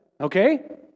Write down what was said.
okay